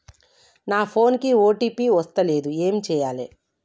నా ఫోన్ కి ఓ.టీ.పి వస్తలేదు ఏం చేయాలే?